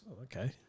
Okay